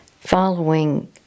following